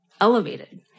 elevated